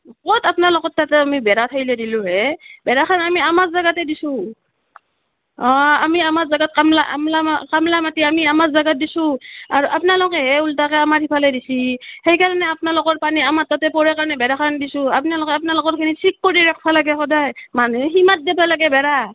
ক'ত আপনালোকৰ তাতে আমি বেৰা থেলি দিলোঁহে বেৰাখান আমি আমাৰ জেগাতে দিছোঁ অ আমি আমাৰ জেগাত কামলা কামলা মাতি আনি আমাৰ জেগাত দিছোঁ আৰ আপনালোকেহে উল্টাকৈ আমাৰ সেইফালে দিছে সেইকাৰণে আপনালোকৰ পানী আমাৰ তাতে পৰে কাৰণে বেৰাখান দিছোঁ আপনালোকে আপনালোকৰখিনি ঠিক কৰি ৰাখিব লাগে সদায় মানুহে সীমাত দিব লাগে বেৰা